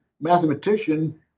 mathematician